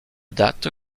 date